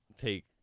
take